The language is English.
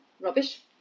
rubbish